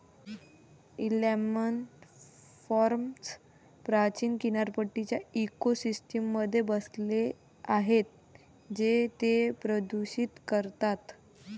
salmon farms प्राचीन किनारपट्टीच्या इकोसिस्टममध्ये बसले आहेत जे ते प्रदूषित करतात